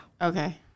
Okay